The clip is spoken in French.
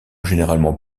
généralement